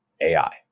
AI